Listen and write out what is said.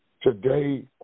today